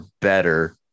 better